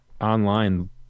online